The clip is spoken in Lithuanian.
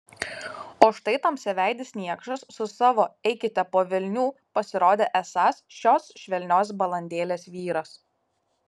o štai tamsiaveidis niekšas su savo eikite po velnių pasirodė esąs šios švelnios balandėlės vyras